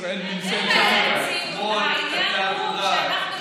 העניין הוא שאנחנו יוצאים,